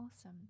Awesome